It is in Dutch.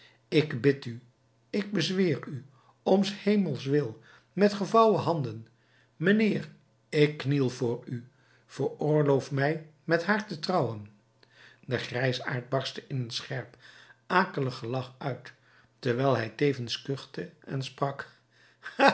ik bid u ik bezweer u om s hemels wil met gevouwen handen mijnheer ik kniel voor u veroorloof mij met haar te trouwen de grijsaard barstte in een scherp akelig gelach uit terwijl hij tevens kuchte en sprak